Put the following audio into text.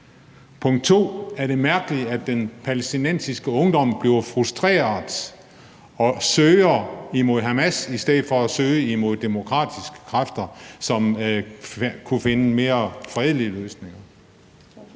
Punkt 2, er det mærkeligt, at den palæstinensiske ungdom bliver frustreret og søger mod Hamas i stedet for at søge imod demokratiske kræfter, som kunne finde mere fredelige løsninger?